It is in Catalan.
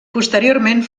posteriorment